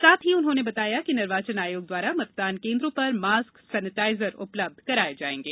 साथ ही उन्होंने बताया कि निर्वाचन आयोग द्वारा मतदान केन्द्रों पर मास्क सैनेटाइजर उपलब्ध कराये जायेंगे